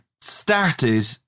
started